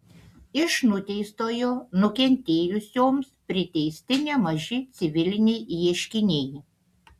iš nuteistojo nukentėjusioms priteisti nemaži civiliniai ieškiniai